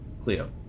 Cleo